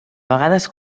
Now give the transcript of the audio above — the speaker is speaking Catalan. vegades